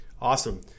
Awesome